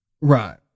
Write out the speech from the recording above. Right